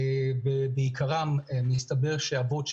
בעיקרם אבות,